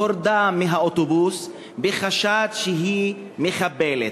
הורדה מהאוטובוס בחשד שהיא מחבלת.